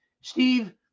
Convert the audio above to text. Steve